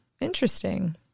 interesting